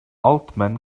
altman